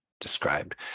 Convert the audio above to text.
described